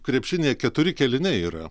krepšinyje keturi kėliniai yra